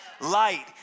light